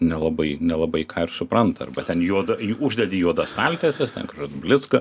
nelabai nelabai ką ir supranta arba ten juoda ji uždedi juodas staltieses ten kažkas blizga